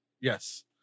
Yes